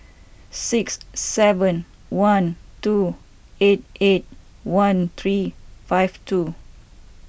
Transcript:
six seven one two eight eight one three five two